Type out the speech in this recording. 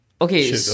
okay